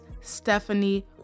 Stephanie